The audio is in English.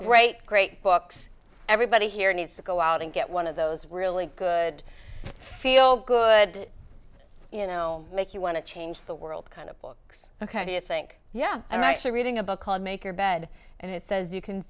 great great books everybody here needs to go out and get one of those really good feel good you know make you want to change the world kind of books ok do you think yeah i'm actually reading a book called make your bed and it says you can